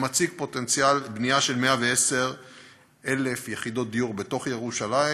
שמציג פוטנציאל בנייה של 110,000 יחידות דיור בתוך ירושלים,